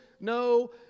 no